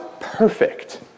perfect